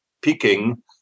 Peking